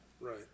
Right